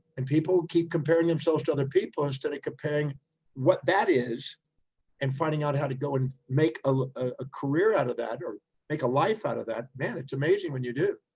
and people keep comparing themselves to other people instead of comparing what that is and finding out how to go and make a career out of that, or make a life out of that, man, t's amazing when you do.